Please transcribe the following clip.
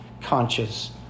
conscious